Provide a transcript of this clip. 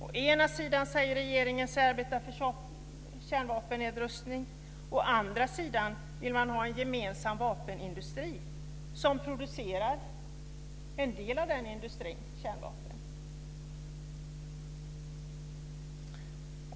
Å ena sidan säger sig regeringen arbeta för kärnvapennedrustning, å andra sidan vill man ha en gemensam vapenindustri som producerar en del av kärnvapnen.